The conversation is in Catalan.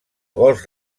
vols